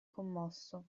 commosso